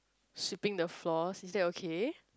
sweeping the floor is that okay